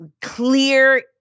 clear